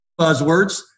buzzwords